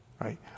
right